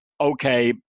okay